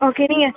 okay நீங்கள்